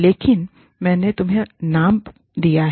लेकिन मैंने तुम्हें नाम दिया है